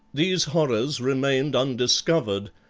these horrors remained undiscovered,